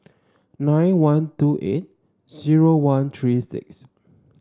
nine one two eight zero one three six